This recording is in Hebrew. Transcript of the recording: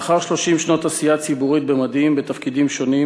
לאחר 30 שנות עשייה ציבורית במדים בתפקידים שונים